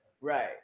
Right